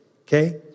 okay